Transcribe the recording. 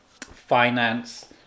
Finance